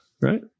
right